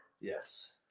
Yes